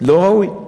לא ראוי?